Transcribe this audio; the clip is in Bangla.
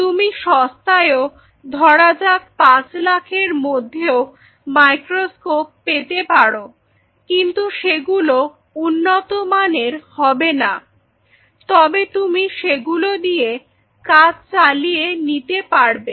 তুমি সস্তায়ও ধরা যাক 5 লাখের মধ্যেও মাইক্রোস্কোপ পেতে পারো কিন্তু সেগুলি উন্নত মানের হবে না তবে তুমি সেগুলো দিয়ে কাজ চালিয়ে নিতে পারবে